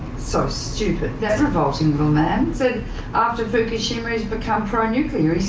so stupid. that revolting little man said after fukushima he's become pro-nuclear.